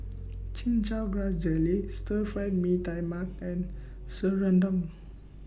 Chin Chow Grass Jelly Stir Fried Mee Tai Mak and Serunding